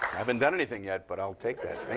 haven't done anything yet. but i'll take that. thank